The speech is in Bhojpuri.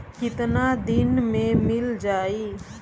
कितना दिन में मील जाई?